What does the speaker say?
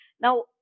Now